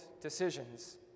decisions